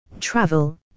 travel